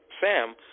Sam